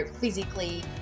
physically